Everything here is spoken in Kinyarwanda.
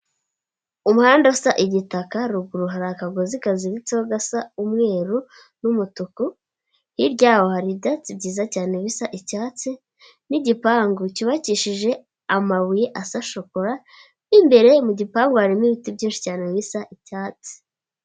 Umuhanda usa igitaka ruguru hari akagozi kazibitseho gasa umweru n'umutuku, hirya yaho hari ibyatsi byiza cyane bisa icyatsi n'igipangu cyubakishije amabuye asa shokora, mo imbere mu gipangu hari n'ibiti byinshi cyane bisa icyatsi.